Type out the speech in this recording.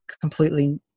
completely –